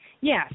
Yes